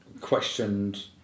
questioned